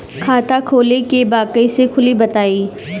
खाता खोले के बा कईसे खुली बताई?